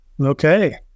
Okay